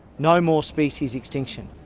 no more species extinction.